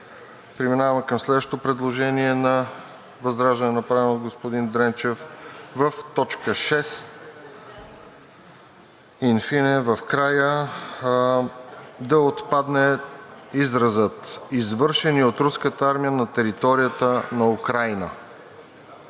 Преминаваме към следващото предложение на ВЪЗРАЖДАНЕ, направено от господин Дренчев – в края на т. 6 да отпадне изразът „извършени от Руската армия на територията на Украйна“.